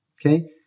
okay